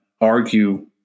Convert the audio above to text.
argue